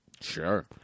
Sure